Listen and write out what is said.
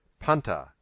Punter